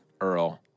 Earl